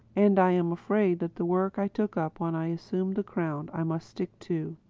and i am afraid that the work i took up when i assumed the crown i must stick to.